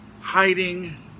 hiding